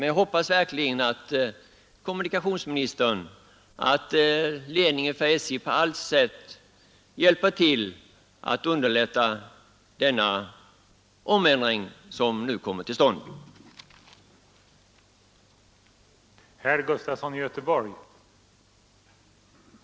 Jag hoppas verkligen att kommunikationsministern och ledningen för SJ på allt sätt hjälper till med att underlätta den förändring som nu kommer till stånd och ta hänsyn till personalens önskemål.